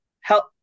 Help